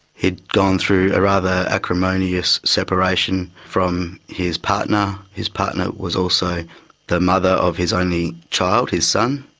he'd gone through a rather acrimonious separation from his partner. his partner was also the mother of his only child, his son,